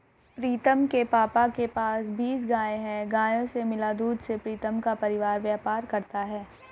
प्रीतम के पापा के पास बीस गाय हैं गायों से मिला दूध से प्रीतम का परिवार व्यापार करता है